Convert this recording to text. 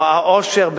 או האושר,